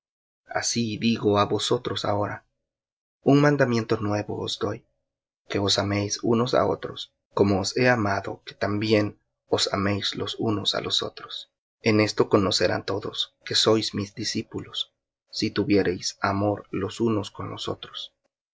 así digo á vosotros ahora un mandamiento nuevo os doy que os améis unos á otros como os he amado que también améis los unos á los otros en esto conocerán todos que sois mis discípulos si tuviereis amor los unos con los otros